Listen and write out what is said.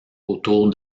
autour